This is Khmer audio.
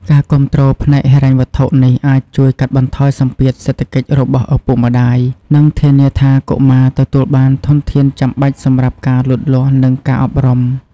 ការគាំទ្រផ្នែកហិរញ្ញវត្ថុនេះអាចជួយកាត់បន្ថយសម្ពាធសេដ្ឋកិច្ចរបស់ឪពុកម្តាយ និងធានាថាកុមារទទួលបានធនធានចាំបាច់សម្រាប់ការលូតលាស់ និងការអប់រំ។